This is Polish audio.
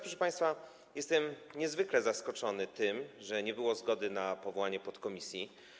Proszę państwa, jestem niezwykle zaskoczony tym, że nie było zgody na powołanie podkomisji.